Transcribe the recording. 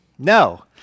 No